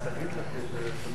נושא ההצעה שלי